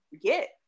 get